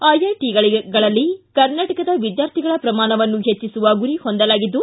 ಐಐಟಗಳಲ್ಲಿ ಕರ್ನಾಟಕದ ವಿದ್ಯಾರ್ಥಿಗಳ ಪ್ರಮಾಣವನ್ನು ಹೆಚ್ಚಸುವ ಗುರಿ ಹೊಂದಲಾಗಿದ್ದು